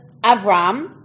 Avram